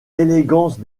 élégance